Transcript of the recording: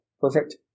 Perfect